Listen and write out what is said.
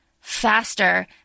faster